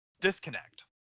disconnect